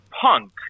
punk